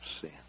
Sin